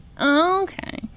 okay